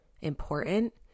important